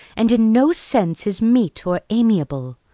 and in no sense is meet or amiable.